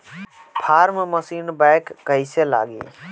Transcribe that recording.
Form machine बैक कईसे लागी?